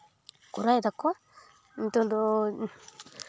ᱠᱚᱨᱟᱣ ᱮᱫᱟᱠᱚ ᱱᱤᱛᱚᱜ ᱫᱚ